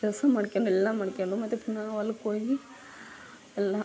ಕೆಲಸ ಮಾಡ್ಕೊಂಡು ಎಲ್ಲ ಮಾಡ್ಕೊಂಡು ಮತ್ತು ಪುನಃ ಹೊಲಕ್ಕೆ ಹೋಗಿ ಎಲ್ಲ